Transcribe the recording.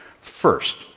First